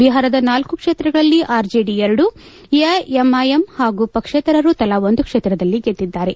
ಬಿಹಾರದ ನಾಲ್ಕು ಕ್ಷೇತ್ರಗಳಲ್ಲಿ ಆರ್ಜೆಡಿ ಎರಡು ಎಐಎಂಐಎಂ ಹಾಗೂ ಪಕ್ಷೇತರರು ತಲಾ ಒಂದು ಕ್ಷೇತ್ರದಲ್ಲಿ ಗೆದ್ದಿದ್ದಾರೆ